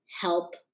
help